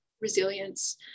resilience